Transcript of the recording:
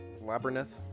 labyrinth